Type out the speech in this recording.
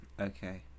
Okay